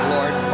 Lord